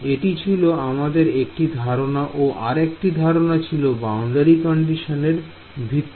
এটি ছিল আমাদের একটি ধারণা ও আরেকটি ধারনা ছিল বাউন্ডারি কন্ডিসনের ভিত্তিতে